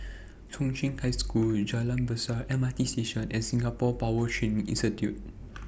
Chung Cheng High School Jalan Besar M R T Station and Singapore Power Training Institute